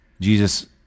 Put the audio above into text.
Jesus